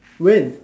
when